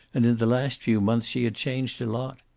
and in the last few months she had changed a lot.